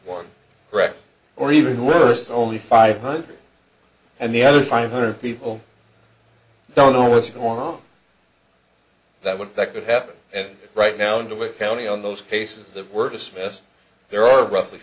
one correct or even worse only five hundred and the other five hundred people don't know what's going on that would that could happen and right now and do it county on those cases that were dismissed there are roughly